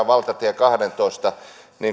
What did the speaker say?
valtatie kahdentoista